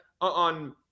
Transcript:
on